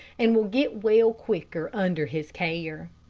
and will get well quicker under his care.